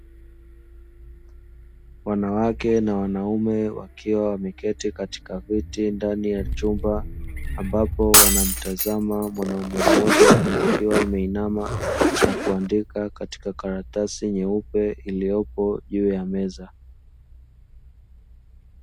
Wanawake na wanaume wakiwa wameketi katika viti ndani ya chumba ambapo wanamtazama mwanaume mmoja akiwa ameinama nakuandika katika karatasi nyeupe iliyopo juu ya meza.